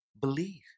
believe